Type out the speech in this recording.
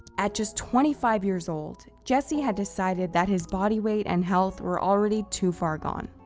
at just twenty five years old, jesse had decided that his body weight and health were already too far gone.